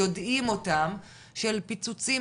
יודעים אותם - של פיצוצים,